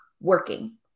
working